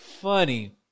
funny